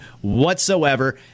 whatsoever